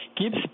gives